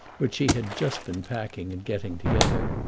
which she had just been packing and getting together.